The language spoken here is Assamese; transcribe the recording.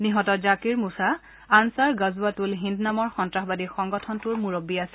নিহত জাকিৰ মুখা আনচাৰ গজৱৎ উল হিন্দ নামৰ সন্ত্ৰাসবাদী সংগঠনটোৰ মুৰববী আছিল